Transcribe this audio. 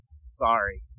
sorry